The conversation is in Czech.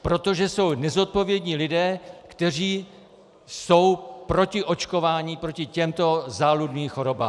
Protože jsou nezodpovědní lidé, kteří jsou proti očkování proti těmto záludným chorobám.